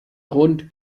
grund